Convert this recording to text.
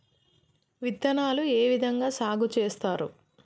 విత్తనాలు ఏ విధంగా సాగు చేస్తారు?